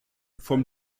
vom